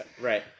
Right